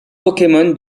pokémon